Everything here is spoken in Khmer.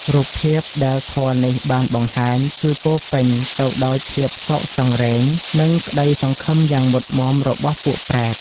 រូបភាពដែលធម៌នេះបានបង្ហាញ គឺពោរពេញទៅដោយភាពសោកសង្រេង និងក្ដីសង្ឃឹមយ៉ាងមុតមាំរបស់ពួកប្រេត។